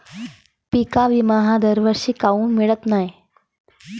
पिका विमा हा दरवर्षी काऊन मिळत न्हाई?